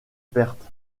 perte